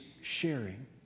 sharing